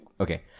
okay